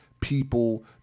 people